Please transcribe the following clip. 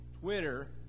Twitter